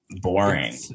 boring